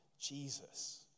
Jesus